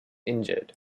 injured